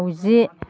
माउजि